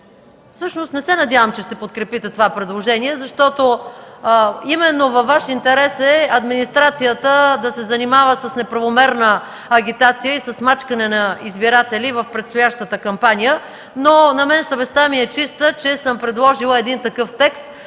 не се надявам, че ще подкрепите това предложение, защото именно във Ваш интерес е администрацията да се занимава с неправомерна агитация и с мачкане на избиратели в предстоящата кампания. Съвестта ми е чиста, че съм предложила текст,